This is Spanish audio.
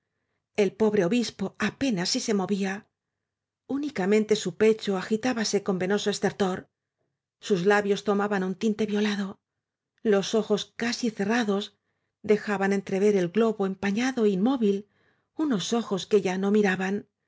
el pobre obispo apenas si movía se única mente su pecho agitábase con penoso estertor sus labios tomaban un tinte violado los ojos casi cerrados dejaban entrever el globo empa ñado é inmóvil unos ojos que ya no miraban